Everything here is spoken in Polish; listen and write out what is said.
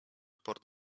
port